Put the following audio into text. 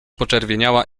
poczerwieniała